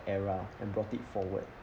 era and brought it forward